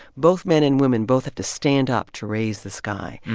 both men and women both have to stand up to raise the sky.